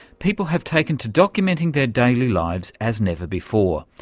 people have taken to documenting their daily lives as never before,